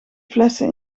flessen